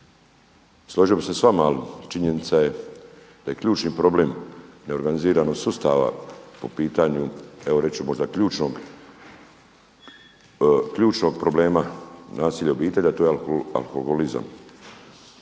Složio bih se sa vama, ali činjenica je da je ključni problem neorganiziranost sustava po pitanju evo reći ću možda ključnog problema nasilja u obitelji, a to je alkoholizam.